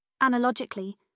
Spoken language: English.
Analogically